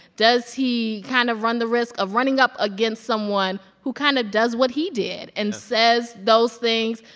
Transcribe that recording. does he kind of run the risk of running up against someone who kind of does what he did and says those things,